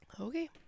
Okay